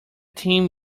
team